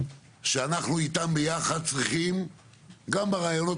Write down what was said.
שאנחנו איתם ביחד צריכים גם ברעיונות